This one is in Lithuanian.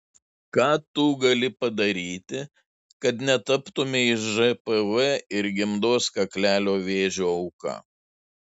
ką tu gali padaryti kad netaptumei žpv ir gimdos kaklelio vėžio auka